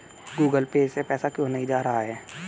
Google Pay से पैसा क्यों नहीं जा रहा है?